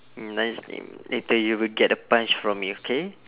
nice name later you will get a punch from me okay